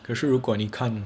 可是如果你看